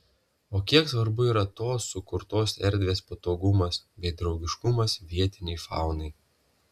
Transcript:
o kiek svarbu yra tos sukurtos erdvės patogumas bei draugiškumas vietinei faunai